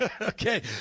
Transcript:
Okay